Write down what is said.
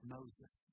Moses